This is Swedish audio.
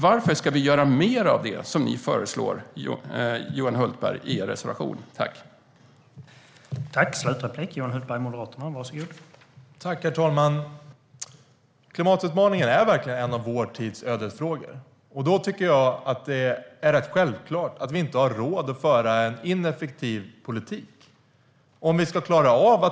Varför ska vi göra mer av det som ni föreslår i er reservation, Johan Hultberg?